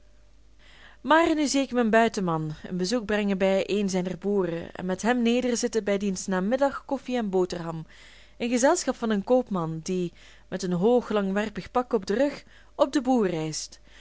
maar nu zie ik mijn buitenman een bezoek brengen bij een zijner boeren en met hem nederzitten bij diens namiddag koffie en boterham in gezelschap van een koopman die met een hoog langwerpig pak op den rug op den boer reist